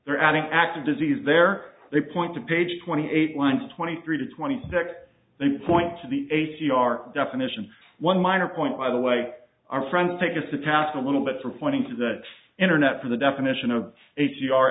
they're adding active disease there they point to page twenty eight lines twenty three to twenty six then point to the a t r definition one minor point by the way our friends take us to task a little bit for pointing to the internet for the definition of